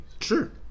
Sure